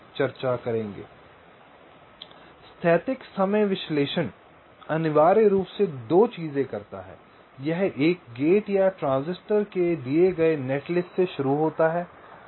संदर्भ समय देखें 2236 इसलिए स्थैतिक समय विश्लेषण अनिवार्य रूप से 2 चीजें करता है यह एक गेट या ट्रांजिस्टर के दिए गए नेटलिस्ट से शुरू होता है